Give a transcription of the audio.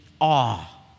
awe